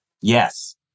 yes